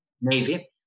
Navy